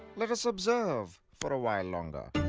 let us observe for a while longer.